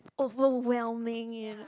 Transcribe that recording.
overwhelming in